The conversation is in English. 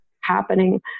happening